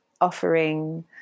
offering